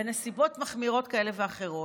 בנסיבות מחמירות כאלה ואחרות,